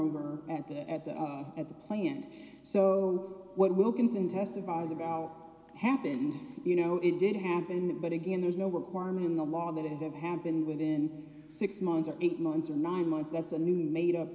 at the at the at the plant so what wilkinson test of ours about happened you know it did happen but again there's no requirement in the law that it happened within six months or eight months or nine months that's a new made up